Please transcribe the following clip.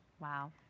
Wow